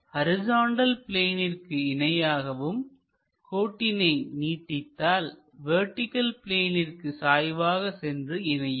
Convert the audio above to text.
horizontal பிளேனிற்கு இணையாகவும் கோட்டினை நீட்டித்தால் வெர்டிகள் பிளேனிற்கு சாய்வாக சென்று இணையும்